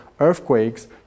earthquakes